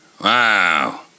Wow